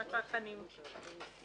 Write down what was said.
הצרכנים, רואים.